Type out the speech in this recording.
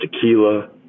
Tequila